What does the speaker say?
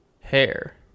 hair